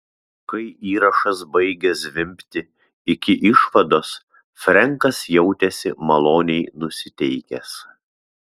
kai įrašas baigė zvimbti iki išvados frenkas jautėsi maloniai nusiteikęs